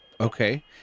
Okay